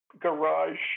garage